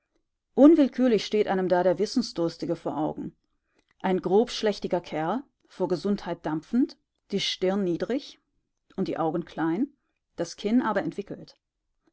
unwillkürlich steht einem da der wissensdurstige vor augen ein grobschlächtiger kerl vor gesundheit dampfend die stirn niedrig und die augen klein das kinn aber entwickelt